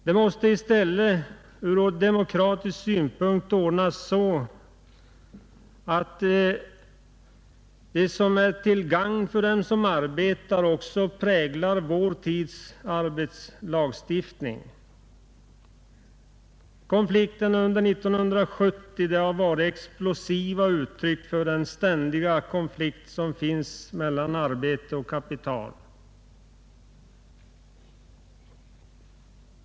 Det måste i stället ur demokratisk synpunkt ordnas så, att det som är till gagn för dem som arbetar också präglar vår tids arbetslagstiftning. Konflikterna under år 1970 har varit explosiva uttryck för den ständiga konflikt som finns mellan arbete och kapital.